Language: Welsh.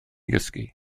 gysgu